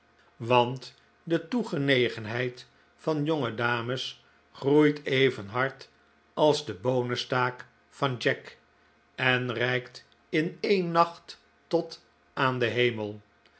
want de toegenegenheid van jonge dames groeit even hard als de boonenstaak van jack en reikt in een nacht tot aan den hemel